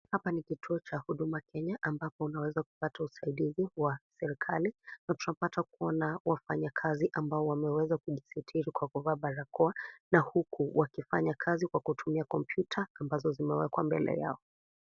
Hapa ni kituo Cha Huduma Kenya, ambapo unaweza kupata usaidizi wa serikali. Na tunapata Kuona wafanyekasi ambao wameweza kujisitiri kwa kuvaa barakoa na huku kwa kufanya kazi kwa kutumia komputa ambazo zimewekwa mbele yao.